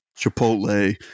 Chipotle